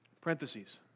Parentheses